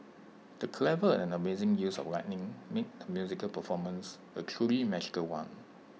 the clever and amazing use of lighting made the musical performance A truly magical one